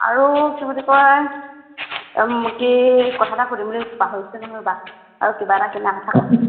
আৰু কি বুলি কয় কি কথা এটা সুধিম বুলি পাহৰিছোঁ নহয় ৰ'বা আৰু কিবা এটা কথা